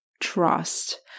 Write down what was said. trust